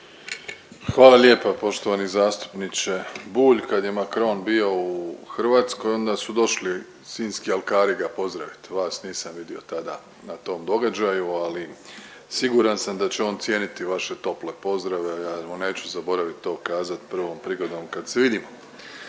Hvala lijepa poštovani zastupniče Bulj. Kad je Macron bio u Hrvatskoj onda su došli sinjski alkari ga pozdraviti, a vas nisam vidio tada na tom događaju ali siguran sam da će on cijeniti vaše tople pozdrave, a ja mu neću zaboravit to kazat prvom prigodom kad se vidimo